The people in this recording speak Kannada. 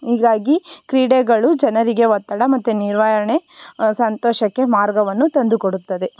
ಹೀಗಾಗಿ ಕ್ರೀಡೆಗಳು ಜನರಿಗೆ ಒತ್ತಡ ಮತ್ತು ನಿರ್ವಹಣೆ ಸಂತೋಷಕ್ಕೆ ಮಾರ್ಗವನ್ನು ತಂದು ಕೊಡುತ್ತದೆ